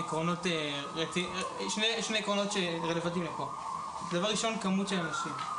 עקרונות שרלוונטיים לפה: דבר ראשון הכמות של האנשים,